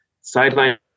sideline